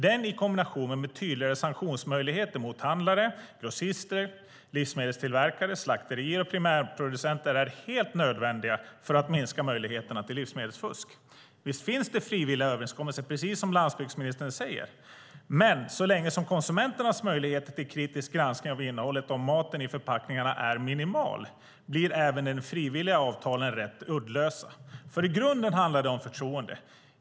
Den i kombination med tydligare sanktionsmöjligheter mot handlare, grossister, livsmedelstillverkare, slakterier och primärproducenter är helt nödvändiga för att minska möjligheterna till livsmedelsfusk. Visst finns det frivilliga överenskommelser, precis som landsbygdsministern säger, men så länge som konsumenternas möjligheter till kritisk granskning av maten i förpackningarna är minimal blir även de frivilliga avtalen rätt uddlösa. I grunden handlar det om förtroende.